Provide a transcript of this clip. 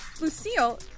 Lucille